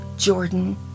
Jordan